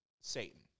Satan